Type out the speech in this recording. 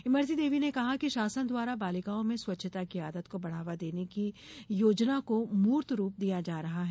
इमरती देवी ने कहा कि शासन द्वारा बालिकाओं में स्वच्छता की आदत को बढ़ावा देने की योजना को मूर्तरूप दिया जा रहा है